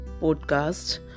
podcast